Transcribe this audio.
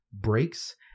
breaks